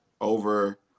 over